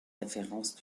références